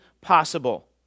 possible